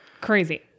Crazy